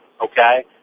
Okay